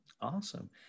Awesome